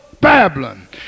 Babylon